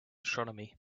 astronomy